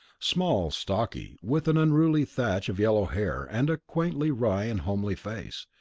small, stocky, with an unruly thatch of yellow hair and a quaintly wry and homely face,